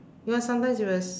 because sometimes you will s~